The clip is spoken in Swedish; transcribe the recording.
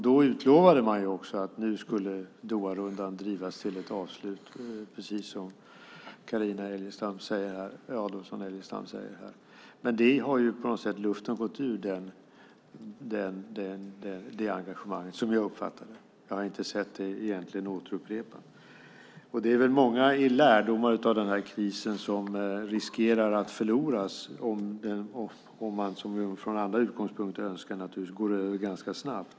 Då utlovade man att Doharundan skulle drivas till ett avslut, precis som Carina Adolfsson Elgestam sade. Luften tycks dock ha gått ur detta engagemang, som jag uppfattar det. Jag har inte sett det upprepas. Det är många lärdomar av krisen som riskerar att förloras om den, som man ur andra utgångspunkter naturligtvis önskar, går över ganska snabbt.